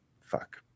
Fuck